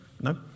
No